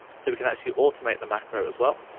so we can actually automate the macro as well.